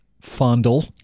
fondle